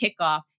kickoff